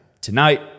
Tonight